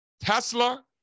Tesla